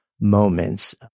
moments